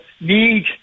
need